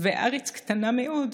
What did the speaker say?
// והארץ קטנה מאוד,